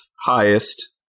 highest